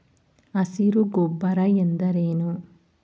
ಹಸಿರು ಗೊಬ್ಬರ ಎಂದರೇನು?